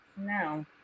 No